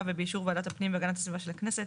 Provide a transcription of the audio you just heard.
ובאישור ועדת הפנים והגנת הסביבה של הכנסת,